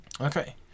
Okay